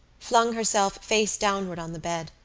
flung herself face downward on the bed,